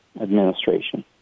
administration